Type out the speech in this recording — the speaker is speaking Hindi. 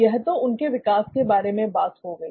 यह तो उनके विकास के बारे में बात हो गई